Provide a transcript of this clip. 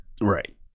Right